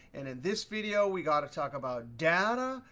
and in this video, we got to talk about data,